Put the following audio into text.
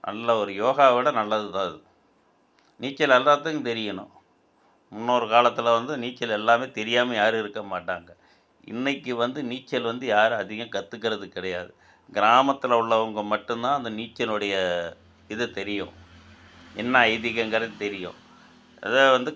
நல்ல ஒரு யோகா விட நல்லது தான் அது நீச்சல் எல்லாத்துக்கும் தெரியணும் முன்னோர் காலத்தில் வந்து நீச்சல் எல்லாமே தெரியாமல் யாரும் இருக்க மாட்டாங்க இன்றைக்கி வந்து நீச்சல் வந்து யாரும் அதிகம் கற்றுக்கறது கிடையாது கிராமத்தில் உள்ளவங்க மட்டுந்தான் அந்த நீச்சலுனுடைய இது தெரியும் என்ன ஐதீகங்கிறது தெரியும் அதை வந்து